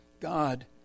God